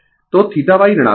तो θY ऋणात्मक है